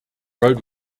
road